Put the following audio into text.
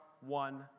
one